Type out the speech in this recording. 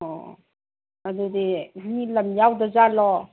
ꯑꯣ ꯑꯗꯨꯗꯤ ꯃꯤ ꯂꯝ ꯌꯥꯎꯗꯖꯥꯠꯂꯣ